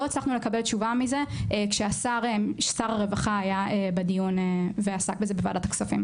הצלחנו לקבל תשובה כשר הרווחה היה בדיון ועסק בזה בוועד הכספים.